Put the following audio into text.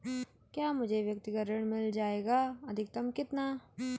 क्या मुझे व्यक्तिगत ऋण मिल जायेगा अधिकतम कितना?